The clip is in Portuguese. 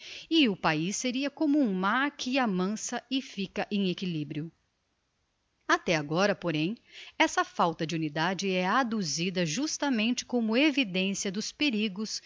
e o paiz seria como um mar que amansa e fica em equilibrio até agora porém essa falta de unidade é adduzida justamente como evidencia dos perigos